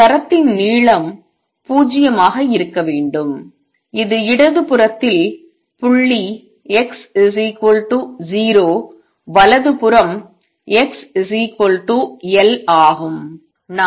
ஒரு சரத்தின் நீளம் 0 ஆக இருக்க வேண்டும் இது இடதுபுறத்தில் புள்ளி x 0 வலதுபுறம் x L ஆகும்